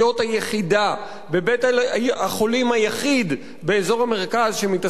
בבית-החולים היחיד באזור המרכז שמתעסק בכוויות,